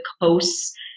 coasts